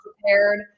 prepared